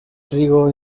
trigo